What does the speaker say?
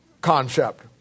concept